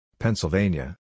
Pennsylvania